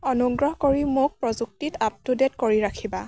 অনুুগ্ৰহ কৰি মোক প্ৰযুক্তিত আপ টু ডে'ট কৰি ৰাখিবা